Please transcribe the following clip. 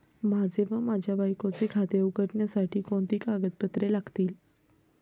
माझे व माझ्या बायकोचे खाते उघडण्यासाठी कोणती कागदपत्रे लागतील?